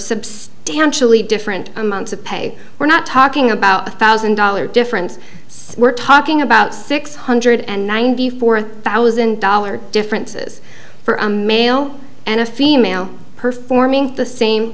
substantially different amounts of pay we're not talking about a thousand dollar difference so we're talking about six hundred and ninety four thousand dollars differences for a male and a female performing the same